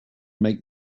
make